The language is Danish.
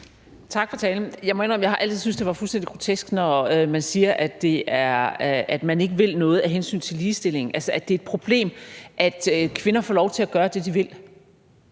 Tak for talen. Jeg må indrømme, at jeg altid har syntes, det var fuldstændig grotesk, når man siger, at man ikke vil noget af hensyn til ligestillingen, altså at det er et problem, at kvinder får lov til at gøre det, de vil.